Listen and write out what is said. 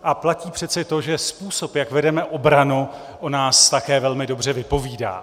A platí přece to, že způsob, jak vedeme obranu, o nás také velmi dobře vypovídá.